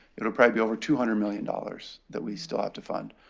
it'll probably be over two hundred million dollars that we still have to fund.